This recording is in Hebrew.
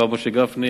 הרב משה גפני,